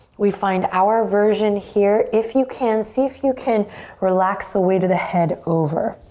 we find our version here. if you can see if you can relax the weight of the head over.